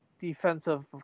defensive